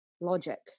logic